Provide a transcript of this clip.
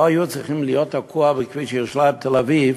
לא היו צריכים להיות תקועים בכביש ירושלים תל-אביב,